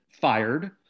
fired